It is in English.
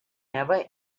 never